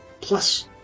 plus